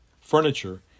furniture